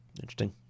Interesting